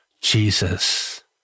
Jesus